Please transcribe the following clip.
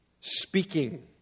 speaking